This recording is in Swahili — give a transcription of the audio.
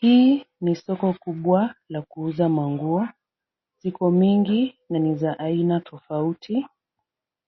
Hii ni soko kubwa la kuuza manguo. Iko mingi na nizaina tofauti.